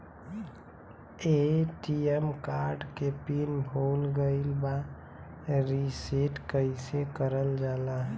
ATM card के pin भूला गइल बा रीसेट कईसे करल जाला?